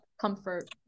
comfort